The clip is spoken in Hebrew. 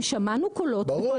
אם שמענו קולות --- ברור,